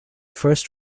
first